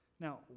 Now